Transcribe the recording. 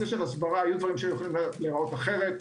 הסברה היו דברים שיכולים להיראות אחרת.